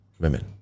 women